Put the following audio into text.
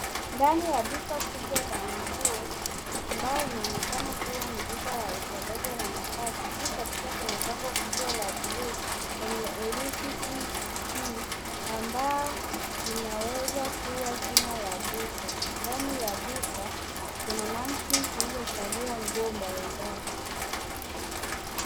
Ndani ya duka kubwa la nguo ambalo linaonekana kuwa ni duka la rejareja na na mavzi. Juu kabisa kuna bango kubwa la buluu lenye herufi KIKI ambalo linaweza kuwa jina la duka. Ndani ya duka kuna mannequin zilizovalia nguo mbalimbali.